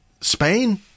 Spain